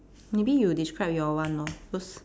maybe you describe your one lor cause